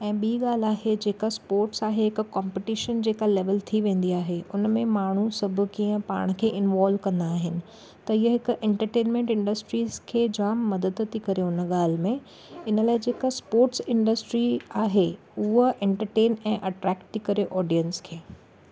ऐं ॿी ॻाल्हि आहे जेका स्पोर्ट्स आहे हिकु कॉम्पिटिशन जेका लेवल थी वेंदी आहे हुन में माण्हू सभु कीअं पाण खे इंवॉल्व कंदा आहिनि त इहा हिकु इंटरटेंटमेंट इंड्रस्ट्रीस खे जाम मदद थी करे हुन ॻाल्हि में इन लाइ जेका स्पोर्ट्स इंड्रस्ट्री आहे उहा इंटरटेंन ऐं अट्रैक्ट थी करे ऑडियंस खे